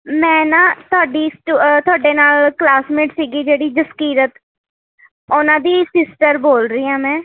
ਮੈਂ ਨਾ ਤੁਹਾਡੀ ਸਟੁ ਤੁਹਾਡੇ ਨਾਲ ਕਲਾਸਮੇਟ ਸੀਗੀ ਜਿਹੜੀ ਜਸਕੀਰਤ ਉਹਨਾਂ ਦੀ ਸਿਸਟਰ ਬੋਲ ਰਹੀ ਹਾਂ ਮੈਂ